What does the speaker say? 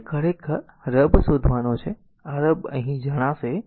તેથી આ ખરેખર રબ શોધવાનો છે આ રબ અહીં આ જાણશે આ જાણશે